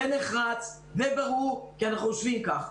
נחרץ וברור כי אנחנו חושבים כך.